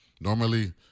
Normally